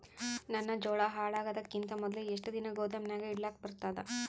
ನನ್ನ ಜೋಳಾ ಹಾಳಾಗದಕ್ಕಿಂತ ಮೊದಲೇ ಎಷ್ಟು ದಿನ ಗೊದಾಮನ್ಯಾಗ ಇಡಲಕ ಬರ್ತಾದ?